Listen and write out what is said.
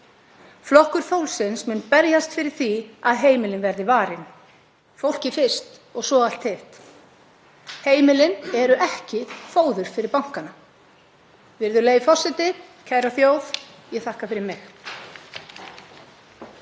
Flokkur fólksins mun berjast fyrir því að heimilin verði varin. Fólkið fyrst og svo allt hitt. Heimilin eru ekki fóður fyrir bankana. Virðulegi forseti. Kæra þjóð. Ég þakka fyrir mig.